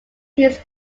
his